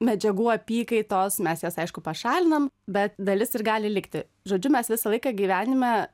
medžiagų apykaitos mes jas aišku pašalinam bet dalis ir gali likti žodžiu mes visą laiką gyvenime